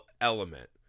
element